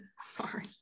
Sorry